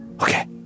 Okay